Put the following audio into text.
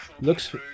Looks